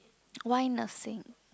why nursing